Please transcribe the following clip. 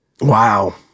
wow